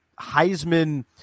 Heisman